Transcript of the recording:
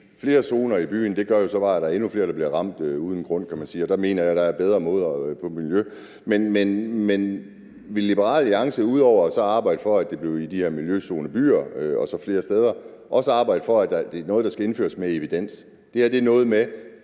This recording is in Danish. Flere zoner i byen gør jo så bare, at der er endnu flere, der bliver ramt uden grund. Og der mener jeg, der er bedre måder for miljøet. Men vil Liberal Alliance – ud over at arbejde for, at det bliver i de her miljøzonebyer og så flere steder – også arbejde for, at det er noget, der skal indføres med evidens? Det her er noget med,